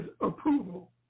approval